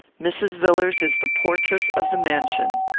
mrs. villars is the portress of the mansion.